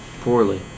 Poorly